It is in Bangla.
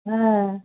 হ্যাঁ